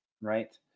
Right